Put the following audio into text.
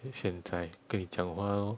现在跟你讲话 lor